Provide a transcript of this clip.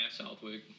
Southwick